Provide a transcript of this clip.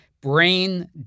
Brain